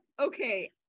okay